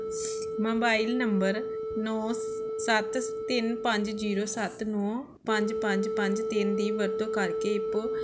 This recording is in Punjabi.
ਮੋਬਾਈਲ ਨੰਬਰ ਨੌਂ ਸ ਸੱਤ ਤਿੰਨ ਪੰਜ ਜੀਰੋ ਸੱਤ ਨੌਂ ਪੰਜ ਪੰਜ ਪੰਜ ਤਿੰਨ ਦੀ ਵਰਤੋਂ ਕਰਕੇ ਪੋ